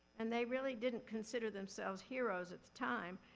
and they really didn't consider themselves heroes at the time.